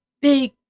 big